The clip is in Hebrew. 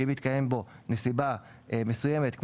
שמתקיים בו נסיבה מסוימת,